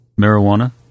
marijuana